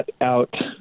out